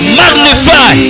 magnify